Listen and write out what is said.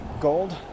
gold